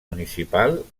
municipal